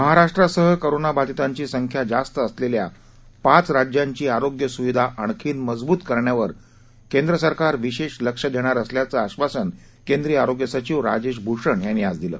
महाराष्ट्रासह कोरोना बाधितांची संख्या जास्त असलेल्या पाच राज्यांची आरोग्य सुविधा आणखी मजबूत करण्यावर केंद्र सरकार विशेष लक्ष देणार असल्याचं आश्वासन केंद्रीय आरोग्य सचिव राजेश भूषण यांनी आज दिलं